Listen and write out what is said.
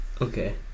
Okay